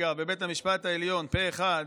אגב, בבית המשפט העליון, פה אחד,